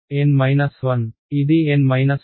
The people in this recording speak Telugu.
N 1 ఇది N 1